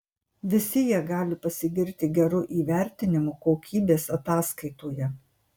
visi jie gali pasigirti geru įvertinimu kokybės ataskaitoje